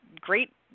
great